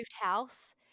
house